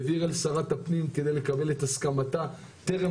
העביר אל שרת הפנים לקבל את הסכמתה טרם